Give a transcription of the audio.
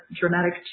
dramatic